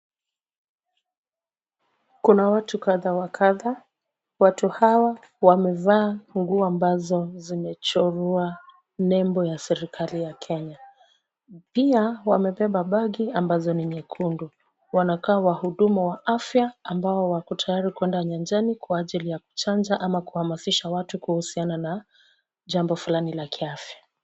Kuna watu kadha wa kadha, watu hawa wamevaa nguo ambazo zimechorwa nembo ya serekali ya Kenya. Pia wamebeba begi ambazo ni nyekundu. Wanakaa wahudumu wa afya ambao wako tayari kuenda nyanjani kwa ajili ya kuchanja ama kuhamasisha watu kuhusiana na jambo fulani la kiafya.